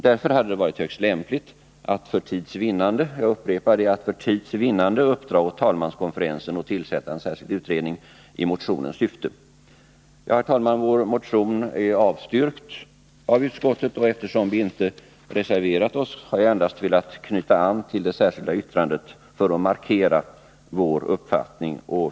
Därför hade det varit högst lämpligt att för tids vinnande uppdra åt talmanskonferensen att tillsätta en särskild utredning i motionens syfte. Herr talman! Vår motion har avstyrkts av utskottet. Eftersom ingen reservation föreligger i utskottet har jag med detta endast velat knyta an till det särskilda yttrandet för att markera vår uppfattning.